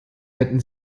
hätten